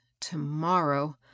tomorrow